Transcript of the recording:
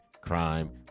crime